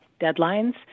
deadlines